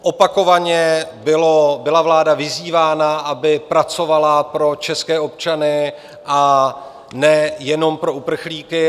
Opakovaně byla vláda vyzývána, aby pracovala pro české občany a ne jenom pro uprchlíky.